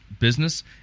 business